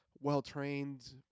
Well-trained